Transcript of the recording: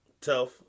tough